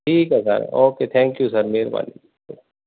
ਠੀਕ ਹੈ sir okay thank you sir ਮਿਹਰਬਾਨੀ